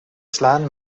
slaan